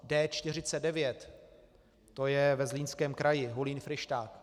D49, to je ve Zlínském kraji, Hulín Fryšták.